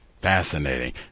Fascinating